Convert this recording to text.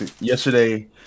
yesterday